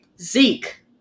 Zeke